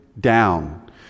down